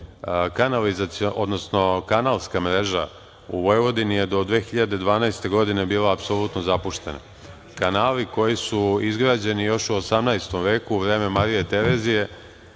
Kanalska mreža u Vojvodini je do 2012. godine bila apsolutno zapuštena. Kanali koji su izgrađeni još u 18. veku, u vreme Marije Terezije,